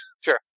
Sure